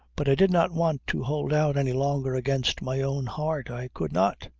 but i did not want to hold out any longer against my own heart! i could not.